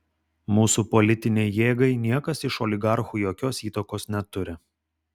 mūsų politinei jėgai niekas iš oligarchų jokios įtakos neturi